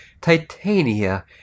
Titania